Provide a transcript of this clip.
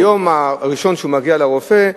מהיום הראשון שהוא מגיע לרופא,